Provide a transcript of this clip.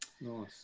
Nice